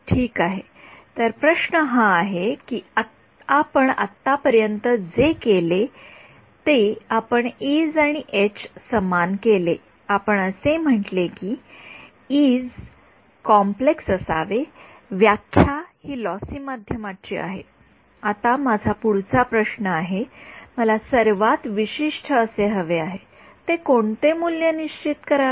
ठीक आहे तर प्रश्न हा आहे की आपण आतापर्यंत जे केले ते आपण इज e's आणि एचh's समान केले आपण असे म्हटले की इज e's कॉम्प्लेक्स असावे व्याख्या हि लॉसी माध्यमाची आहे आता माझा पुढचा प्रश्न आहे मला सर्वात विशिष्ट हवे आहे मी कोणते मूल्य निश्चित करावे